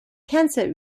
cancer